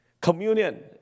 communion